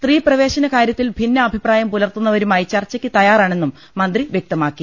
സ്ത്രീപ്രവേശന കാര്യത്തിൽ ഭിന്നാഭിപ്രായം പുലർത്തുന്ന വരുമായി ചർച്ചയ്ക്ക് തയ്യാറാണെന്നും മന്ത്രി വ്യക്തമാക്കി